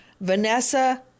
Vanessa